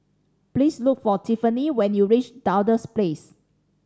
please look for Tiffani when you reach Duchess Place